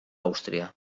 àustria